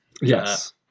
Yes